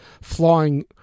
flying